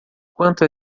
quanto